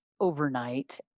overnight